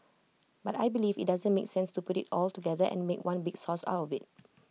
but I believe IT doesn't make sense to put IT all together and make one big sauce out of IT